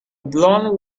blond